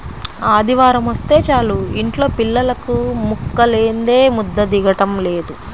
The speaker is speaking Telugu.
ఆదివారమొస్తే చాలు యింట్లో పిల్లలకు ముక్కలేందే ముద్ద దిగటం లేదు